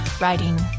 writing